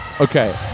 Okay